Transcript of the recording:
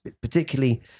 particularly